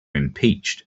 impeached